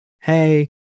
Hey